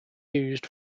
used